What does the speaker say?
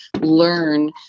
learn